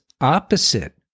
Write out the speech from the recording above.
opposite